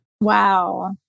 Wow